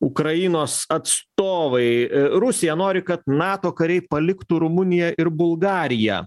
ukrainos atstovai rusija nori kad nato kariai paliktų rumuniją ir bulgariją